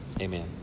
Amen